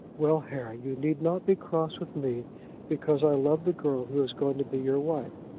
well, harry you need not be cross with me because i love the girl who is going to be your wife.